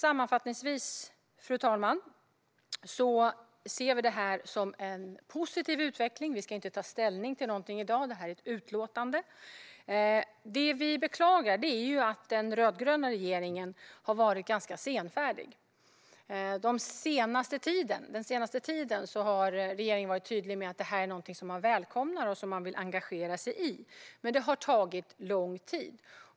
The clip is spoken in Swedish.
Sammanfattningsvis ser vi det här som en positiv utveckling. Vi ska inte ta ställning till någonting i dag; detta är ett utlåtande. Det vi beklagar är att den rödgröna regeringen har varit ganska senfärdig. Den senaste tiden har regeringen varit tydlig med att det här är någonting som man välkomnar och som man vill engagera sig i, men det har tagit lång tid.